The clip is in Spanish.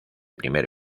primer